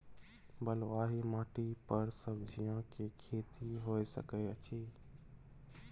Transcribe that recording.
बलुआही माटी पर सब्जियां के खेती होय सकै अछि?